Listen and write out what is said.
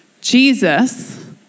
Jesus